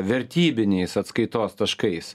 vertybiniais atskaitos taškais